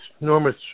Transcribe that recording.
enormous